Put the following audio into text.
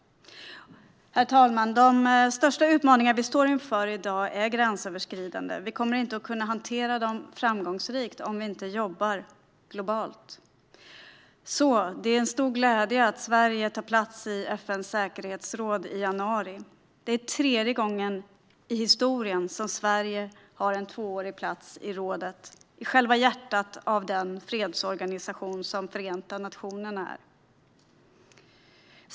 Herr talman! De största utmaningarna som vi står inför i dag är gränsöverskridande. Vi kommer inte att kunna hantera dem framgångsrikt om vi inte jobbar globalt. Det är en stor glädje att Sverige tar plats i FN:s säkerhetsråd i januari. Det är tredje gången i historien som Sverige har en tvåårig plats i rådet, i själva hjärtat av den fredsorganisation som Förenta nationerna är.